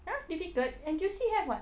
!huh! difficult N_T_U_C have [what]